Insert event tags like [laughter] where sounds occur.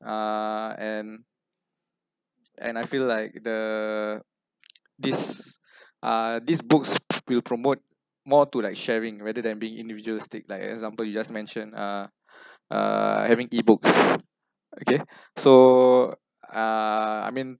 uh and and I feel like the this [breath] uh this books will promote more to like sharing rather than being individuals take like example you just mentioned uh [breath] uh having ebooks okay [breath] so uh I mean